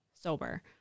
sober